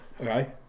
Okay